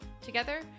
Together